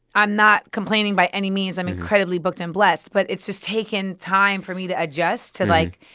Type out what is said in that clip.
i'm not complaining by any means. i'm incredibly booked and blessed. but it's just taken time for me to adjust to, like,